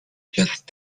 just